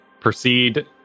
proceed